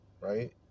Right